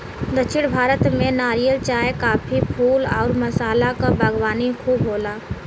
दक्षिण भारत में नारियल, चाय, काफी, फूल आउर मसाला क बागवानी खूब होला